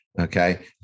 okay